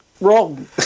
wrong